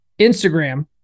Instagram